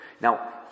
Now